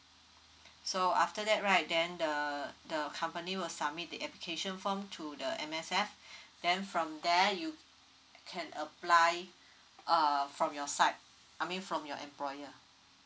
so after that right then the the company will submit the application form to the M_S_F then from there you can apply err from your side I mean from your employer